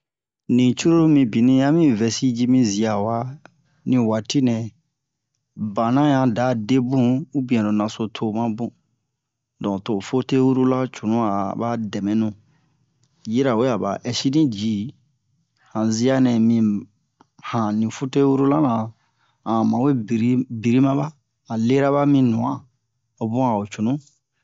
Ni cruru mibini a mi vɛsi ji mi zia wa ni waati nɛ bana yan da debun ubiɛn lo naso to ma bun don to o foteyi-rulan cunu a ba dɛmɛnu yirawe a ba ɛsini ji han zia nɛ mi han ni foteyi-rulan na a han mawe biri biri maba a lera ba mi nu'an o bun a'o cunu